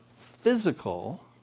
physical